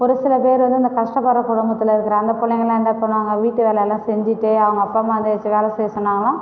ஒரு சில பேர் வந்து இந்தக் கஷ்டப்படுகிற குடும்பத்தில் இருக்குற அந்தப் பிள்ளைங்கலாம் என்ன பண்ணுவாங்க வீட்டு வேலையெல்லாம் செஞ்சுட்டு அவங்க அப்பா அம்மாவுக்கு ஏதாச்சும் வேலை செய்ய சொன்னாங்கன்னால்